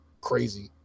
crazy